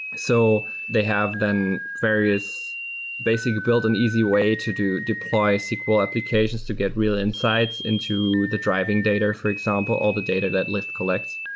so they have then various basically, build an easy way to do do sql applications to get real insights into the driving data, for example, all the data that lyft collects.